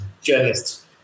journalists